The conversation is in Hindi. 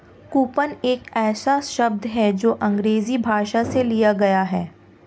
कूपन एक ऐसा शब्द है जो अंग्रेजी भाषा से लिया गया है